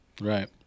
Right